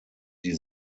die